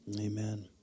Amen